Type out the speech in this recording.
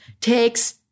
takes